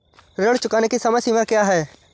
ऋण चुकाने की समय सीमा क्या है?